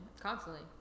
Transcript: constantly